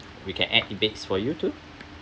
we can add in beds for you too